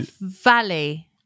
valley